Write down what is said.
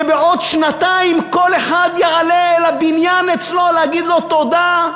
שבעוד שנתיים כל אחד יעלה אל הבניין אצלו להגיד לו תודה,